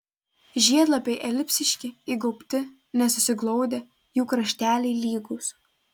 žiedlapiai elipsiški įgaubti nesusiglaudę jų krašteliai lygūs